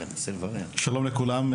שלום לכולם,